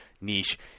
niche